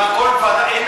כלומר, כל ועדה.